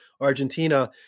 Argentina